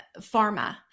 pharma